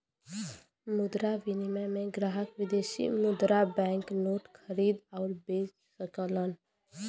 मुद्रा विनिमय में ग्राहक विदेशी मुद्रा बैंक नोट खरीद आउर बे सकलन